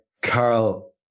Carl